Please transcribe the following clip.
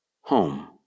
home